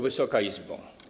Wysoka Izbo!